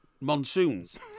monsoons